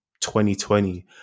2020